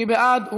מי בעד?